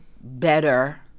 better